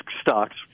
stocks